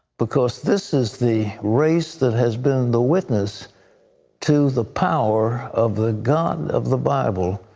because this is the race that has been the witnesses to the power of the god of the bible.